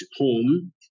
home